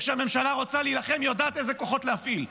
כשהממשלה רוצה להילחם היא יודעת איזה כוחות להפעיל,